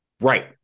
right